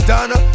Donna